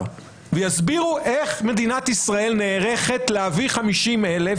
ויסבירו איך מדינת ישראל נערכת להביא 50,000,